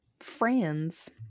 Friends